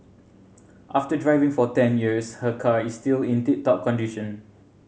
after driving for ten years her car is still in tip top condition